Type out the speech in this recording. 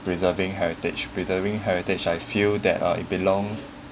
preserving heritage preserving heritage I feel that uh it belongs